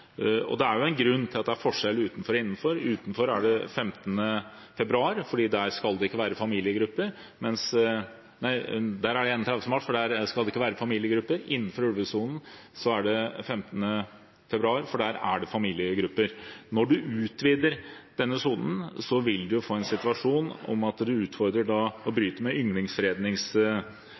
mars. Det er jo en grunn til at det er forskjell utenfor og innenfor. Utenfor er det 31. mars fordi der skal det ikke være familiegrupper, mens innenfor ulvesonen er det 15. februar, for der er det familiegrupper. Når en utvider denne sonen, vil en få en situasjon med at en utfordrer å bryte med